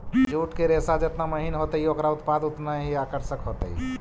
jute के रेशा जेतना महीन होतई, ओकरा उत्पाद उतनऽही आकर्षक होतई